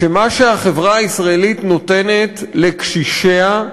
שמה שהחברה הישראלית נותנת לקשישיה,